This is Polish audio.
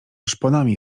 szponami